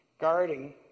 Guarding